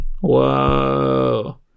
Whoa